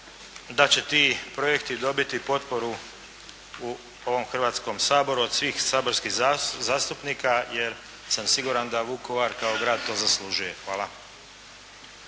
da će ti projekti dobiti potporu u ovom Hrvatskom saboru od svih saborskih zastupnika jer sam siguran da Vukovar kao grad to zaslužuje. Hvala.